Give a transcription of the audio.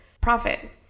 profit